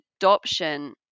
adoption